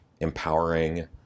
empowering